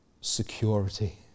security